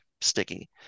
sticky